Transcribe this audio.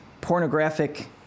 pornographic